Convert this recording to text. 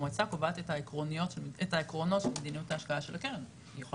המועצה קובעת את העקרונות למדיניות ההשקעה של הקרן וצריכה